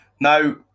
Now